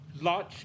large